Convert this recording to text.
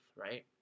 right